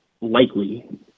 likely